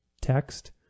text